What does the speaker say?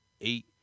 eight